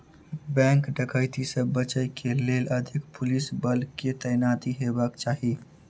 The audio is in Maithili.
बैंक डकैती से बचय के लेल अधिक पुलिस बल के तैनाती हेबाक चाही